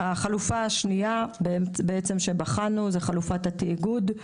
החלופה השנייה אותה בחנו היא חלופת התאגוד;